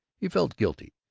he felt guilty.